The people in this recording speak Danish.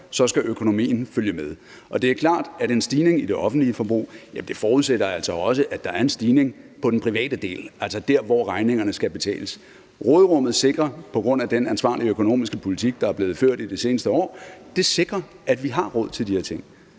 skal økonomien følge med. Og det er klart, at en stigning i det offentlige forbrug forudsætter, at der også er en stigning i den private del, altså der, hvor regningerne skal betales. Råderummet sikrer på grund af den ansvarlige økonomiske politik, der er blevet ført i de seneste år, at vi har råd til de ting,